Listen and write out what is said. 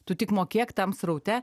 tu tik mokėk tam sraute